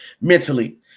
mentally